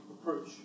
approach